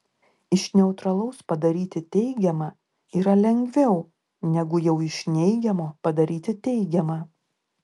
iš neutralaus padaryti teigiamą yra lengviau negu jau iš neigiamo padaryti teigiamą